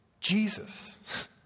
Jesus